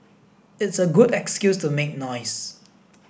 it's a good excuse to make noise